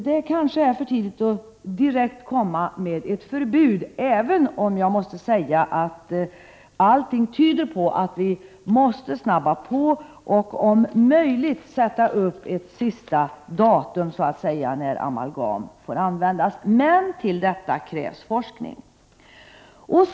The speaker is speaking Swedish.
Det kanske är för tidigt att direkt komma med ett förbud, även om jag måste säga att allting tyder på att vi måste skynda på och om möjligt sätta upp ett sista datum fram till vilket amalgam får användas. Till detta krävs emellertid forskning.